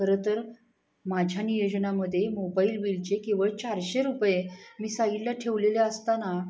खरंतर माझ्या नियोजनामध्ये मोबाईल बिलचे केवळ चारशे रुपये मी साईडला ठेवलेले असताना